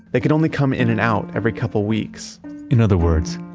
they could only come in and out every couple of weeks in other words,